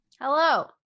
Hello